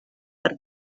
per